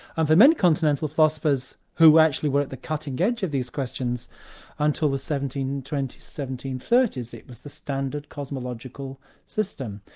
and for many continental philosophers who actually were at the cutting-edge of these questions until the seventeen twenty s, seventeen thirty s, it was the standard cosmological system.